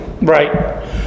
Right